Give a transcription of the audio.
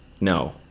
No